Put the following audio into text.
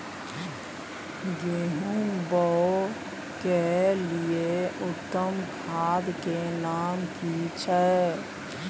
गेहूं बोअ के लिये उत्तम खाद के नाम की छै?